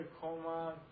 coma